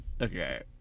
Okay